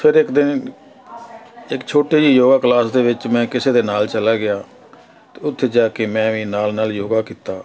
ਫਿਰ ਇੱਕ ਦਿਨ ਇੱਕ ਛੋਟੀ ਜਿਹੀ ਯੋਗਾ ਕਲਾਸ ਦੇ ਵਿੱਚ ਮੈਂ ਕਿਸੇ ਦੇ ਨਾਲ ਚਲਾ ਗਿਆ ਉੱਥੇ ਜਾ ਕੇ ਮੈਂ ਵੀ ਨਾਲ ਨਾਲ ਯੋਗਾ ਕੀਤਾ